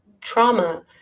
trauma